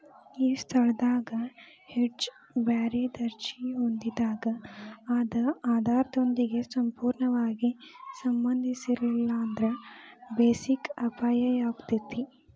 ಆ ಸ್ಥಳದಾಗ್ ಹೆಡ್ಜ್ ಬ್ಯಾರೆ ದರ್ಜಿ ಹೊಂದಿದಾಗ್ ಅದ ಆಧಾರದೊಂದಿಗೆ ಸಂಪೂರ್ಣವಾಗಿ ಸಂಬಂಧಿಸಿರ್ಲಿಲ್ಲಾಂದ್ರ ಬೆಸಿಕ್ ಅಪಾಯಾಕ್ಕತಿ